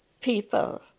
people